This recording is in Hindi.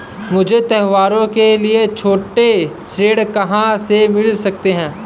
मुझे त्योहारों के लिए छोटे ऋण कहाँ से मिल सकते हैं?